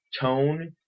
tone